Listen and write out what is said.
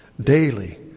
daily